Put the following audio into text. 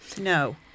No